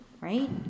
right